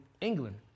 England